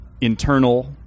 internal